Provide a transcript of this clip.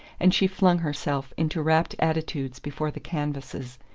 and she flung herself into rapt attitudes before the canvases,